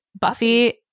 Buffy